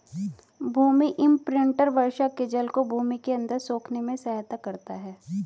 भूमि imprinter वर्षा के जल को भूमि के अंदर सोखने में सहायता करता है